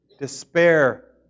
despair